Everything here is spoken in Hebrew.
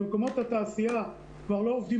במקומות התעשייה כבר לא עובדים,